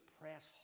press